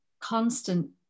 constant